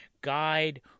guide